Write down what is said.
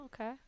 okay